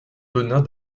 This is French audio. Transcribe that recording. benin